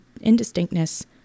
indistinctness